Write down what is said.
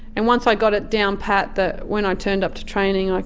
and once i got it down pat that when i turned up to training, ah